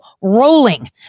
rolling